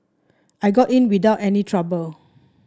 I got in without any trouble